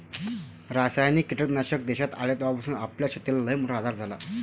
रासायनिक कीटकनाशक देशात आले तवापासून आपल्या शेतीले लईमोठा आधार झाला